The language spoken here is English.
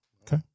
Okay